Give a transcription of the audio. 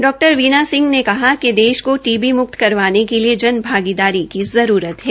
डॉ वीना सिंह ने कहा कि देश को टी बी मुक्त करवाने के लिए जन भागीदारी की जरूरत है